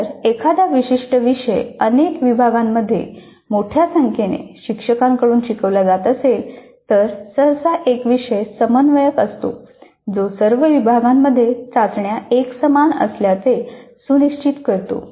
जर एखादा विशिष्ट विषय अनेक विभागांमध्ये मोठ्या संख्येने शिक्षकांकडून शिकवला जात असेल तर सहसा एक विषय समन्वयक असतो जो सर्व विभागांमध्ये चाचण्या एकसमान असल्याचे सुनिश्चित करतो